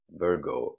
virgo